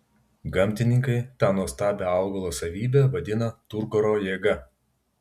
gamtininkai tą nuostabią augalo savybę vadina turgoro jėga